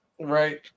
Right